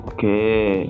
Okay